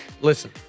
Listen